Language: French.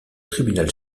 tribunal